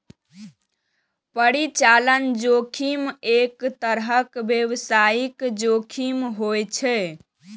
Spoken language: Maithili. परिचालन जोखिम एक तरहक व्यावसायिक जोखिम होइ छै